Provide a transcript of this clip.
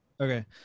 Okay